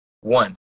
One